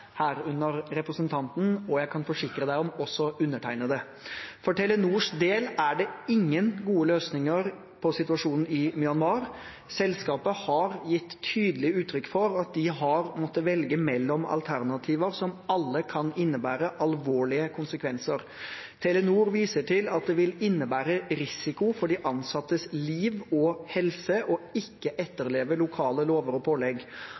herunder representanten og også undertegnede, kan jeg forsikre om. For Telenors del er det ingen gode løsninger på situasjonen i Myanmar. Selskapet har gitt tydelig uttrykk for at de har måttet velge mellom alternativer som alle kan innebære alvorlige konsekvenser. Telenor viser til at det vil innebære risiko for de ansattes liv og helse ikke å etterleve lokale lover og pålegg.